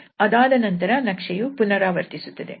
ಅದಾದ ನಂತರ ನಕ್ಷೆಯು ಪುನರಾವರ್ತಿಸುತ್ತದೆ